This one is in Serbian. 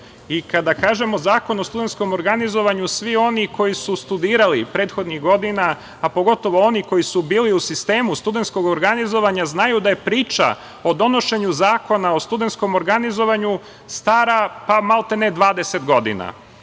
kažemo, zakon o studentskom organizovanju, svi oni koji su studirali prethodnih godina, a pogotovo oni koji su bili u sistemu studentskog organizovanja, znaju da je priča o donošenju zakona o studentskom organizovanju, stara maltene 20 godina. Mislim